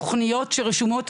תוכניות שרשומות.